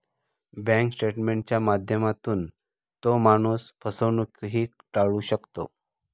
bank स्टेटमेंटच्या माध्यमातून तो माणूस फसवणूकही टाळू शकतो